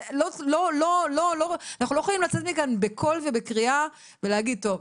אנחנו לא יכולים לצאת מכאן בקול ובקריאה ולהגיד 'טוב,